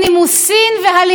מי מדבר על נימוסים והליכות?